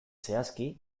zehazki